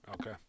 Okay